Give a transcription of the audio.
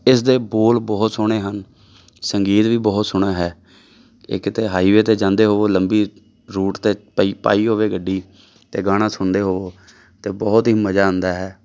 ਇਸਦੇ ਬੋਲ ਬਹੁਤ ਸੋਹਣੇ ਹਨ ਸੰਗੀਤ ਵੀ ਬਹੁਤ ਸੋਹਣਾ ਹੈ ਇਹ ਕਿਤੇ ਹਾਈਵੇ 'ਤੇ ਜਾਂਦੇ ਹੋਵੋ ਲੰਬੀ ਰੂਟ 'ਤੇ ਪਈ ਪਾਈ ਹੋਵੇ ਗੱਡੀ ਅਤੇ ਗਾਣਾ ਸੁਣਦੇ ਹੋਵੋ ਅਤੇ ਬਹੁਤ ਹੀ ਮਜ਼ਾ ਆਉਂਦਾ ਹੈ